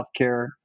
healthcare